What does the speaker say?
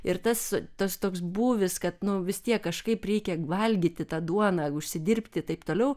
ir tas tas toks būvis kad nu vis tiek kažkaip reikia valgyti tą duoną užsidirbti taip toliau